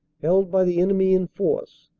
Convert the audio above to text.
held by the enemy in force,